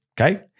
okay